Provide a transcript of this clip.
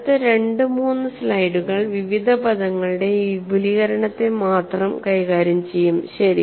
അടുത്ത രണ്ട് മൂന്ന് സ്ലൈഡുകൾ വിവിധ പദങ്ങളുടെ ഈ വിപുലീകരണത്തെ മാത്രം കൈകാര്യം ചെയ്യും ശരി